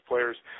players